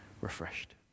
refreshed